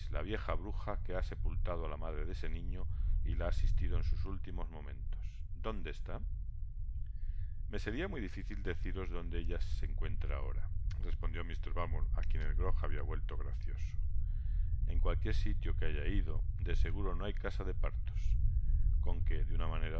la vieja bruja que ha sepültadd á la madre de ese niño y la ha asistido en sus últimos momentos donde está me seria muy dificil deciros donde ella se halla ahora respondió mr bumble a quien el grog habia vuelto gracioso en cualquiera sitio que haya ido de seguro no hay casa de partos con que de una manera